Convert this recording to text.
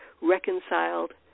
reconciled